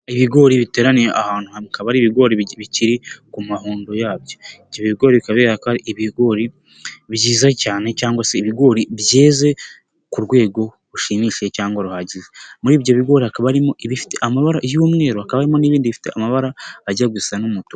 Ibigori biteraniye ahantu, hakaba ari ibigori bikiri ku mahundo yabyo. Ibigori bikaba ari ibigori byiza cyane cyangwa se ibigori byeze ku rwego rushimishije cyangwa ruhagije. Muri ibyo bigori hakaba harimo ibifite amabara y'umweru, kabamo n'ibindi bifite amabara ajya gusa n'umutuku.